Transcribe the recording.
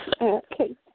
Okay